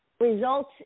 results